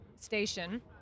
station